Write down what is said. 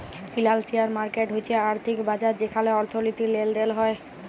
financial market হচ্যে আর্থিক বাজার যেখালে অর্থনীতির লেলদেল হ্য়েয়